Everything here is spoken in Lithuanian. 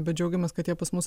bet džiaugiamės kad jie pas mus